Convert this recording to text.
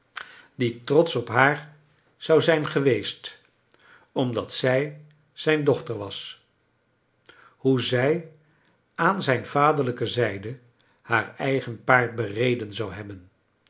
die trotsch op haar zou zijn geweest omdat zij zijn dochter was hoe zij aan zijn vaderlijke zijde haar eigen paard bereden zou hebben